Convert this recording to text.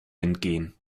entgehen